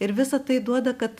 ir visa tai duoda kad